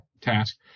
task